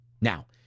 Now